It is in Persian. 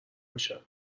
میشن